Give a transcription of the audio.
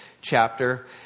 chapter